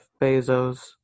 Bezos